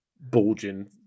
bulging